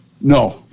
No